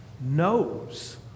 knows